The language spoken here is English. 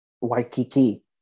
Waikiki